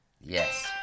yes